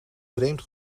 vreemd